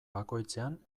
bakoitzean